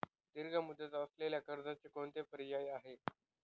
दीर्घ मुदत असलेल्या कर्जाचे कोणते पर्याय आहे?